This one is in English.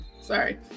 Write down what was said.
sorry